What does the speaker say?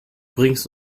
bringst